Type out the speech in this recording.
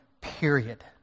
period